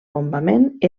bombament